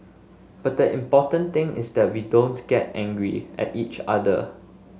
but the important thing is that we don't get angry at each other